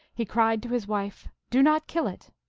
he cried to his wife, do not kill it!